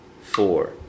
four